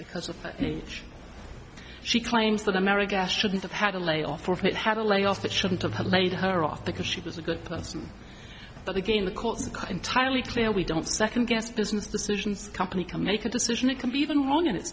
because of age she claims that america shouldn't have had a layoff or if it had a layoff it shouldn't have had laid her off because she was a good person but again the courts entirely clear we don't second guess business decisions company can make a decision it can be even wrong in it